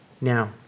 Now